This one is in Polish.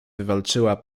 wywalczyła